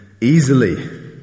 easily